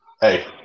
hey